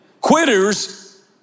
Quitters